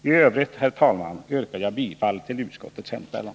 I övrigt, herr talman, yrkar jag bifall till utskottets hemställan.